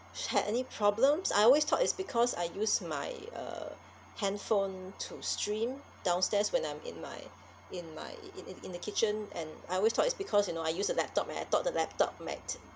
had any problems I always thought it's because I use my uh handphone to stream downstairs when I'm in my in my in in in the kitchen and I always thought it's because you know I use the laptop and I thought the laptop might